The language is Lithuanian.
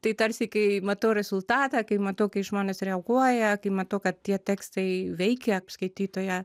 tai tarsi kai matau rezultatą kai matau kai žmonės reaguoja kai matau kad tie tekstai veikia skaitytoją